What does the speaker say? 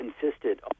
consisted